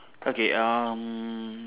okay um